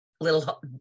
little